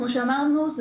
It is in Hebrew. כמו שאמרנו,